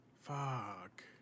Fuck